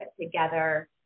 together